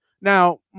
Now